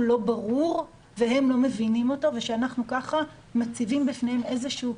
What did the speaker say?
לא ברור והם לא מבינים אותו ושאנחנו מציבים בפניהם